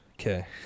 Okay